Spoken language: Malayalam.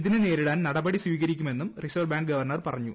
ഇതിനെ നേരിടാൻ ് നടപടി സ്വീകരിക്കുമെന്നും റിസർവ്വ ബാങ്ക് ഗവർണർ പറഞ്ഞു